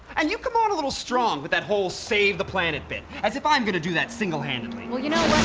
and you've come on a little strong with that whole save the planet bit. as if i'm gonna do that single-handedly. well, you know